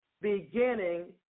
beginning